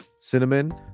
cinnamon